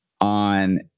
on